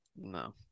No